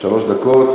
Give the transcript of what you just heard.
שלוש דקות,